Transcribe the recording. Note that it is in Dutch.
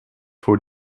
voor